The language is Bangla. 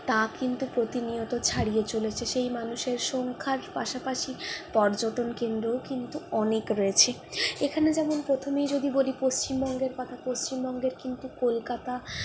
তা কিন্তু প্রতিনয়ত ছাড়িয়ে চলেছে সেই মানুষের সংখ্যার পাশাপাশি পর্যটনকেন্দ্রও কিন্তু অনেক রয়েছে এখানে যেমন প্রথমেই যদি বলি পশ্চিমবঙ্গের কথা পশ্চিমবঙ্গের কিন্তু কলকাতা